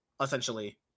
essentially